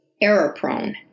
error-prone